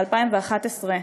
ב-2011,